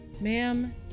Ma'am